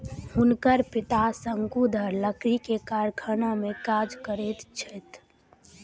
हुनकर पिता शंकुधर लकड़ी के कारखाना में काज करैत छथि